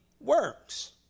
works